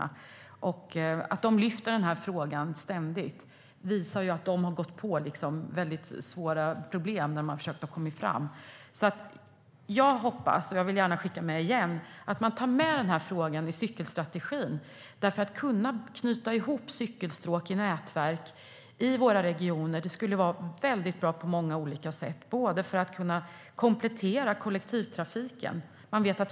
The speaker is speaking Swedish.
Att de aktiva ständigt lyfter upp denna fråga visar att de har stött på svåra problem när de har försökt komma framåt. Jag hoppas, och skickar med ministern, att denna fråga ska tas med i cykelstrategin. Att kunna knyta ihop cykelstråk i nätverk i våra regioner skulle vara bra på många sätt. Det skulle komplettera kollektivtrafiken.